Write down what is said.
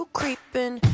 creeping